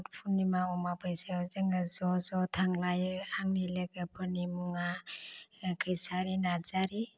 फुर्णिमा अमाबैसायाव जोङो ज ज थांलायो आंनि लोगोफोरनि मुङा कैसारि नार्जारी